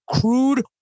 crude